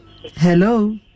Hello